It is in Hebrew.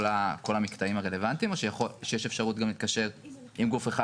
המקטעים הרלוונטיים או שיש אפשרות גם להתקשר עם גוף אחד